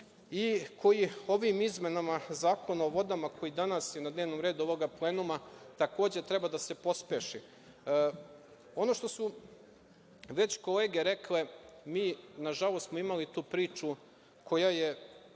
i koji ovim izmenama Zakona o vodama, koji je danas na dnevnom redu ovoga plenuma, takođe treba da se pospeši. Ono što su već kolege rekle, mi smo, nažalost, imali tu priču koja je